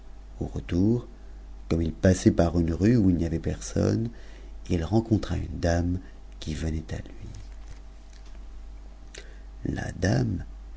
au retour comme il passait par une rue où il n'y avait personne il rencontra une dame qui venait à lui dame